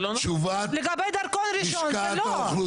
זה לא נכון לגבי דרכון ראשון.